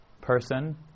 person